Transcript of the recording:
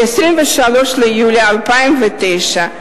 ב-23 ביולי 2009,